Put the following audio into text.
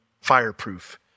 Fireproof